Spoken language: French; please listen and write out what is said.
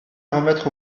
remettre